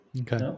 Okay